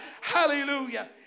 Hallelujah